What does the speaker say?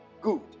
Good